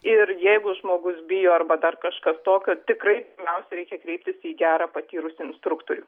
ir jeigu žmogus bijo arba dar kažkas tokio tikrai pirmiausia reikia kreiptis į gerą patyrusį instruktorių